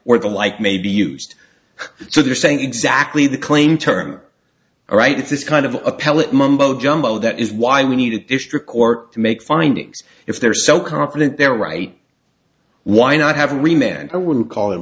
or the like may be used so they're saying exactly the claim term or right it's this kind of a pellet mumbo jumbo that is why we need a district court to make findings if they're so confident they're right why not have remained i wouldn't call it